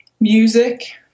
music